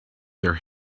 their